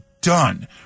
done